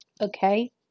Okay